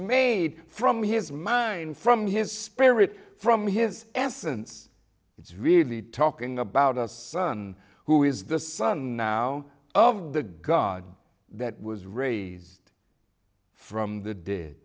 made from his mind from his spirit from his essence it's really talking about a son who is the son now of the god that was raised from the d